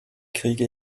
kriege